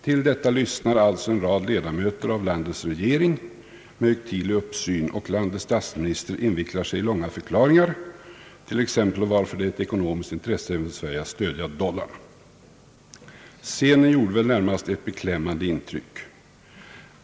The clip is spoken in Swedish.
Till detta lyssnar alltså en rad ledamöter av landets regering med högtidlig uppsyn och landets statsminister invecklar sig i långa förklaringar t.ex. om varför det är ett ekonomiskt intresse även för Sverige att stödja dollarn ——— Scenen gjorde väl närmast ett beklämmande intryck.